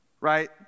right